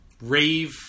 rave